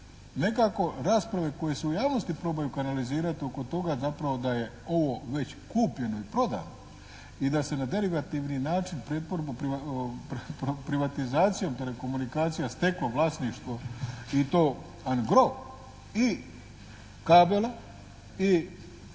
Nekako rasprave koje se u javnosti probaju kanalizirati oko toga zapravo da je ovo već kupljeno i prodano i da se na derivativni način pretvorbu, privatizacijom telekomunikacija steklo vlasništvo i to angro i kabela i